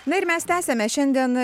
na ir mes tęsiame šiandien